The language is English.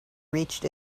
reached